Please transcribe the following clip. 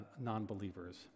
non-believers